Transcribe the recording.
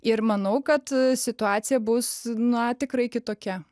ir manau kad situacija bus na tikrai kitokia